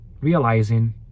realizing